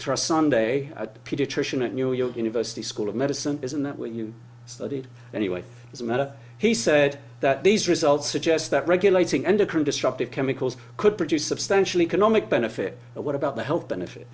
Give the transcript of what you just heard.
trust sunday a pediatrician at new york university school of medicine isn't that what you study anyway is a matter he said that these results suggest that regulating and a current destructive chemicals could produce substantial economic benefit but what about the health benefit